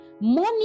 Money